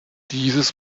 dieses